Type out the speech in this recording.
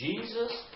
Jesus